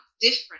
different